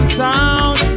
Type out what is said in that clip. sound